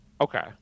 okay